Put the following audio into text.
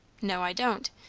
no, i don't.